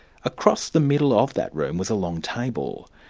across the middle of that room was a long table,